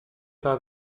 par